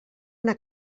una